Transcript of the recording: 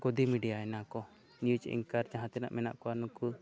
ᱜᱳᱫᱤ ᱢᱤᱰᱤᱭᱟᱱᱟ ᱠᱚ ᱱᱤᱭᱩᱡᱽ ᱮᱱᱠᱟᱨ ᱡᱟᱦᱟᱸ ᱛᱤᱱᱟᱹᱜ ᱢᱮᱱᱟᱜ ᱠᱚᱣᱟ ᱱᱩᱠᱩ